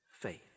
faith